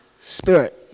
Spirit